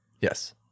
Yes